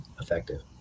effective